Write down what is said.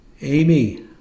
Amy